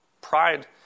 Pride